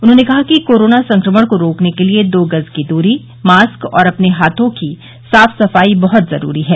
उन्होंने कहा कि कोरोना संक्रमण को रोकने के लिए दो गज की दूरी मास्क और अपने हाथों की साफ सफाई बहुत जरूरी है